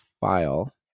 file